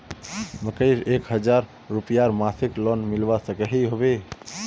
मकईर एक हजार रूपयार मासिक लोन मिलवा सकोहो होबे?